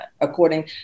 according